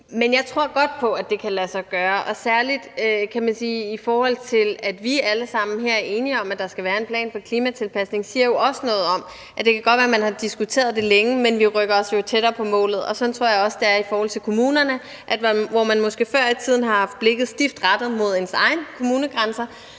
Men jeg tror godt, det kan lade sig gøre, og det, at vi alle sammen her er enige om, at der skal være en plan for klimatilpasning, siger jo også noget om, at det godt kan være, at man har diskuteret det længe, men at vi jo rykker os tættere på målet, og sådan tror jeg også det er i forhold til kommunerne, altså at hvor man måske før i tiden har haft blikket stift rettet mod sine egne kommunegrænser,